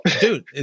Dude